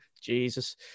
Jesus